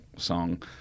song